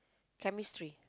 chemistry